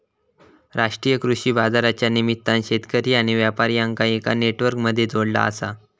राष्ट्रीय कृषि बाजारच्या निमित्तान शेतकरी आणि व्यापार्यांका एका नेटवर्क मध्ये जोडला आसा